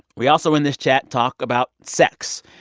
we also, in this chat, talk about sex.